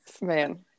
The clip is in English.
man